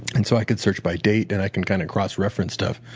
and so i can search by date, and i can kind of cross reference stuff.